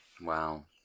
Wow